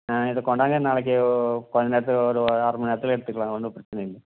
ம் இதை கொண்டாங்க நாளைக்கு கொஞ்ச நேரத்தில் ஒரு அரை மணி நேரத்திலே எடுத்துக்கலாம் ஒன்றும் பிரச்சினை இல்லை